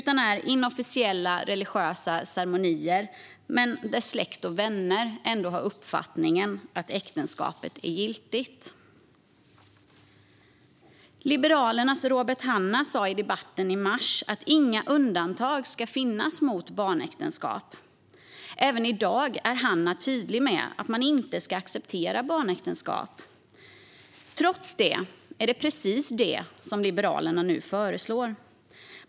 De ingås genom religiösa ceremonier som är inofficiella men där släkt och vänner ändå har uppfattningen att äktenskapet blir giltigt. Liberalernas Robert Hannah sa i debatten i mars att inga undantag ska finnas mot barnäktenskap. Även i dag är han tydlig med att man inte ska acceptera barnäktenskap. Trots det är det precis detta som Liberalerna nu föreslår.